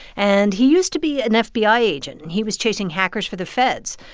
and he used to be an fbi agent, and he was chasing hackers for the feds.